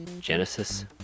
Genesis